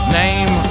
name